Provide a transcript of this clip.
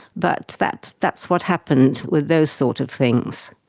but that's that's what happened with those sort of things.